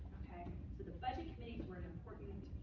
ok? so the budget committees were an important